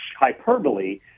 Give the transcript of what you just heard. hyperbole